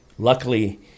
Luckily